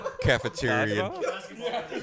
Cafeteria